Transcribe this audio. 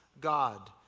God